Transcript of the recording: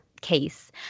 case